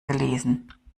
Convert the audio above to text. gelesen